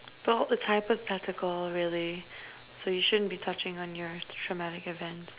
well it's hypothetical really so you shouldn't be touching on your traumatic events